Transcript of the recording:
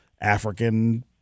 African